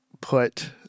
put